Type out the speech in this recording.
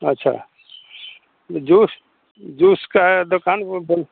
अच्छा juice juice का दुकान वह बोल